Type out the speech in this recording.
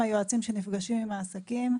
היועצים שנפגשים עם העסקים.